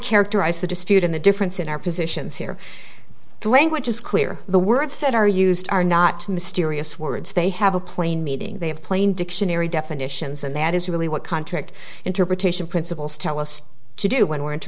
characterize the dispute in the difference in our positions here the language is clear the words that are used are not mysterious words they have a plain meeting they have plain dictionary definitions and that is really what contract interpretation principles tell us to do when we're int